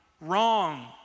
wrong